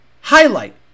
highlight